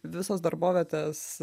visos darbovietės